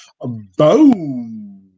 boom